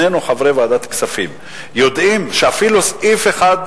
שנינו חברי ועדת הכספים, ויודעים שאפילו סעיף אחד,